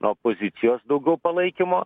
opozicijos daugiau palaikymo